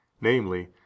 Namely